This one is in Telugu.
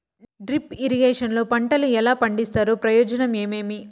డ్రిప్ ఇరిగేషన్ లో పంటలు ఎలా పండిస్తారు ప్రయోజనం ఏమేమి?